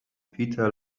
peter